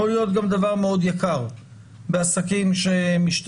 להיות גם דבר מאוד יקר בעסקים שמשתמשים.